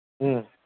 ꯎꯝ